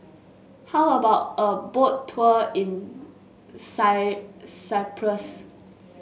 how about a Boat Tour in Cyprus